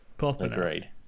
agreed